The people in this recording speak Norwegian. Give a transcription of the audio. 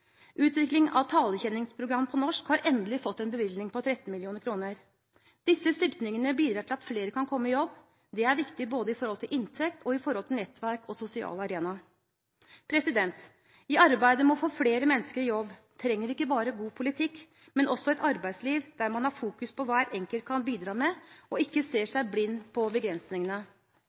Utvikling av talegjenkjenningsprogram på norsk har endelig fått en bevilgning, på 13 mill. kr. Disse styrkingene bidrar til at flere kan komme i jobb. Det er viktig både med tanke på inntekt og med tanke på nettverk og sosial arena. I arbeidet med å få flere mennesker i jobb trenger vi ikke bare god politikk, men også et arbeidsliv der man har fokus på hva hver enkelt kan bidra med, og ikke ser seg blind på begrensningene.